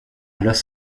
los